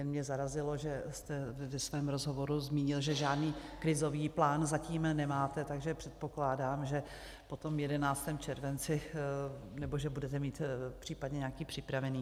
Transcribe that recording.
Jen mě zarazilo, že jste ve svém rozhovoru zmínil, že žádný krizový plán zatím nemáte, takže předpokládám, že po tom 11. červenci budete mít případně nějaký připravený.